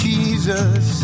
Jesus